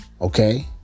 okay